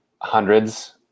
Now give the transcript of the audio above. hundreds